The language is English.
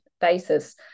basis